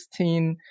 16